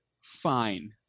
fine